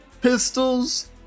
pistols